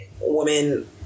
woman